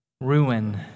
ruin